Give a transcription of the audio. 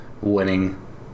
winning